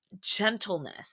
gentleness